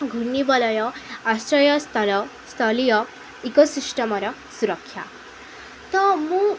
ଘୂର୍ଣ୍ଣିବଲୟ ଆଶ୍ରୟ ସ୍ଥଳ ସ୍ଥଳୀୟ ଇକୋସିଷ୍ଟମର ସୁରକ୍ଷା ତ ମୁଁ